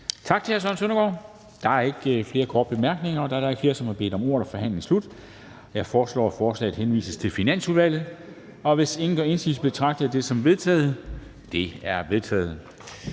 Tak til hr. Søren Søndergaard. Der er ikke flere korte bemærkninger. Da der ikke er flere, som har bedt om ordet, er forhandlingen sluttet. Jeg foreslår, at forslaget henvises til Finansudvalget, og hvis ingen gør indsigelse, betragter jeg det som vedtaget. Det er vedtaget.